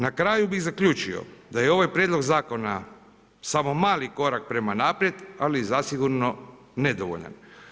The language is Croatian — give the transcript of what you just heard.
Na kraju bih zaključio da je ovaj prijedlog zakona samo mali korak prema naprijed, ali zasigurno nedovoljan.